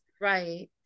Right